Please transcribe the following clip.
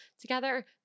together